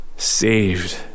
Saved